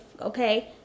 okay